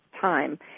time